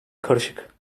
karışık